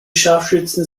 scharfschützen